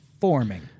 forming